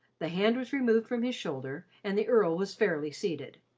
the hand was removed from his shoulder, and the earl was fairly seated.